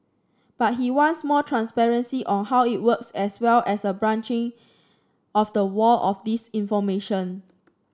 but he wants more transparency on how it works as well as a breaching of the wall of disinformation